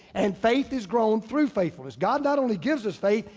and faith is grown through faithfulness. god not only gives us faith,